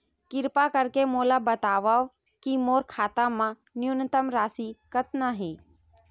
किरपा करके मोला बतावव कि मोर खाता मा न्यूनतम राशि कतना हे